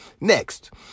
next